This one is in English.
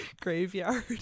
graveyard